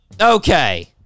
okay